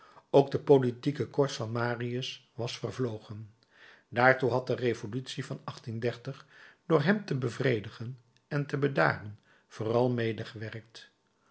ook de politieke koorts van marius was vervlogen daartoe had de revolutie van door hem te bevredigen en te bedaren vooral